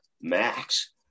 max